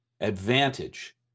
advantage